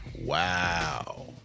Wow